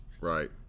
Right